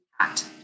impact